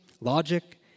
logic